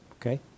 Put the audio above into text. Okay